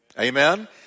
amen